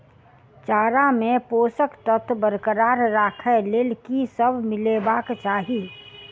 चारा मे पोसक तत्व बरकरार राखै लेल की सब मिलेबाक चाहि?